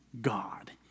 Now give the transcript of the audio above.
God